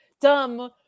dumb